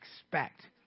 expect